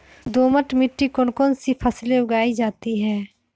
दोमट मिट्टी कौन कौन सी फसलें उगाई जाती है?